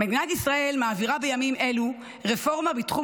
מדינת ישראל מעבירה בימים אלו רפורמה בתחום